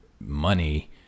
money